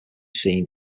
seen